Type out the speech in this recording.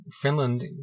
Finland